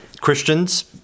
Christians—